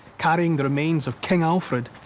carrying the remains of king alfred,